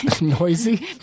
Noisy